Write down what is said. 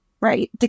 right